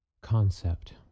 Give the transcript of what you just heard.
concept